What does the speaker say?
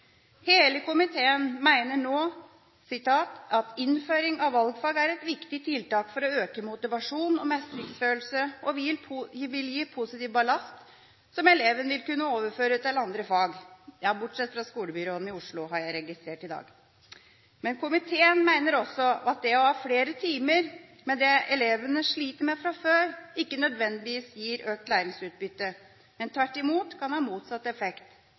Hele komiteen mener nå at innføring av valgfag vil være et viktig tiltak for å øke motivasjon og mestringsfølelse og vil gi positiv ballast som eleven vil kunne overføre til andre fag». – Ja, bortsett fra skolebyråden i Oslo, har jeg registrert i dag. Komiteen mener også at det å ha flere timer med det elevene sliter med fra før, ikke nødvendigvis gir økt læringsutbytte, men tvert imot kan ha motsatt effekt.